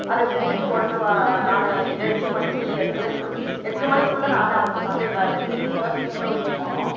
அத செஞ்சிட்டு உடனே வா நானு எட்டு மணிக்கு எட்றைக்கு எட்டு மணிக்குள்ள நான் அந்த சமையல் வேலைக்கு இன்னொரு சிஸ்டர் ஹவுஸ்க்கு போகணும்